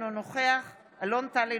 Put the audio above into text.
אינו נוכח אלון טל,